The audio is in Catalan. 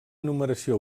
numeració